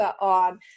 on